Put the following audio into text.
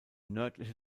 nördliche